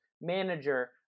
manager